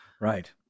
Right